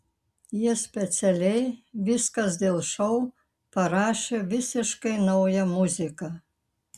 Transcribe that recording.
jie specialiai viskas dėl šou parašė visiškai naują muziką